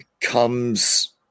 comes